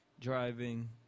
driving